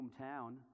hometown